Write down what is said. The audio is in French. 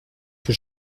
que